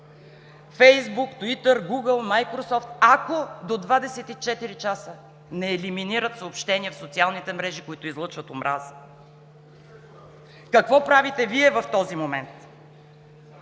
Facebook, Twitter, Google, Microsoft, ако до 24 часа не елиминират съобщения в социалните мрежи, които излъчват омраза. Какво правите Вие в този момент?